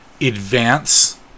advance